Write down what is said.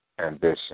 ambition